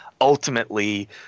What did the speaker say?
ultimately